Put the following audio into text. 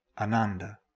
ananda